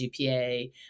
GPA